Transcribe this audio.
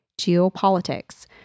geopolitics